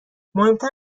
مهمتر